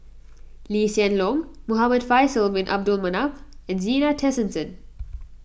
Lee Hsien Loong Muhamad Faisal Bin Abdul Manap and Zena Tessensohn